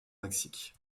mexique